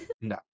no